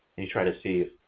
you try to see